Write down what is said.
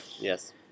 Yes